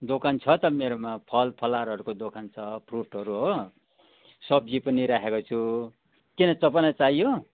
दोकान छ त मेरोमा फल फलारहरूको दोकान छ फ्रुटहरू हो सब्जी पनि राखेकै छु किन तपाईँलाई चाहियो